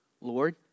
Lord